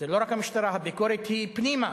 הביקורת היא פנימה,